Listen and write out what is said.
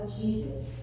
Jesus